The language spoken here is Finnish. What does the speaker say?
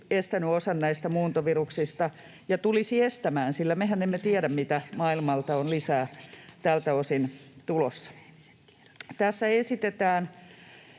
estänyt osan näistä muuntoviruksista ja tulisi estämään, sillä mehän emme tiedä, mitä maailmalta on lisää tältä osin tulossa. Tässä esitetään,